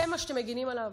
זה מה שאתם מגינים עליו?